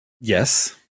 Yes